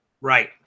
Right